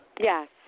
Yes